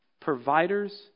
providers